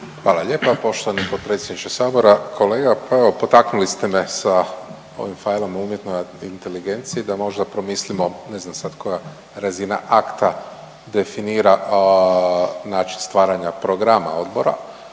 Hvala lijepa poštovan potpredsjedniče Sabora. Kolega pa evo potaknuli ste me sa ovim fajlom o umjetnoj inteligenciji da možda promislimo, ne znam sad koja razina akta definira način stvaranja programa odbora,